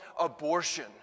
abortion